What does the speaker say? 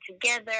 together